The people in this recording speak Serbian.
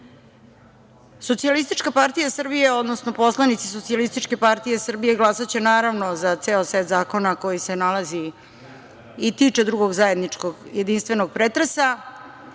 Socijalistička partija Srbije, odnosno poslanici Socijalističke partije Srbije glasaće, naravno, za ceo set zakona koji se nalazi i tiče drugog zajedničkog jedinstvenog pretresa,